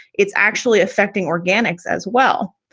it's actually affecting organics as well.